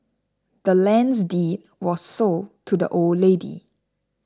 the land's deed was sold to the old lady